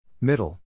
Middle